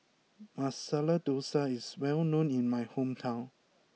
Masala Dosa is well known in my hometown